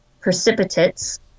precipitates